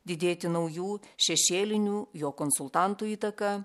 didėti naujų šešėlinių jo konsultantų įtaka